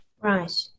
Right